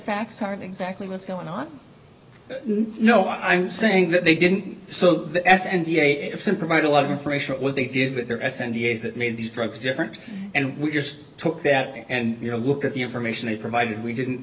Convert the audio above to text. facts aren't exactly what's going on no i'm saying that they didn't so the s and d a simplified a lot of information what they did with their s a t s that made these drugs different and we just took that and you know look at the information they provided we didn't